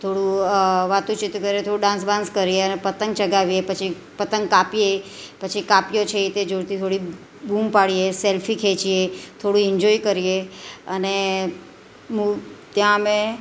થોડું વાતું ચીતું કરીએ થોળું ડાન્સ બાંસ કરીએ અને પતંગ ચગાવીએ પછી પતંગ કાપીએ પછી કાપ્યો છે એ તે જોરથી થોડી બૂમ પાડીએ સેલ્ફી ખેંચીએ થોડું ઈન્જોય કરીએ અને હું ત્યાં અમે